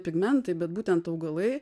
pigmentai bet būtent augalai